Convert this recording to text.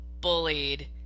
bullied